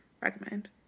recommend